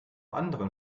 anderen